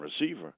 receiver